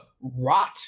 rot